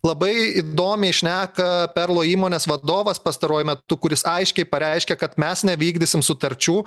labai įdomiai šneka perlo įmonės vadovas pastaruoju metu kuris aiškiai pareiškė kad mes nevykdysim sutarčių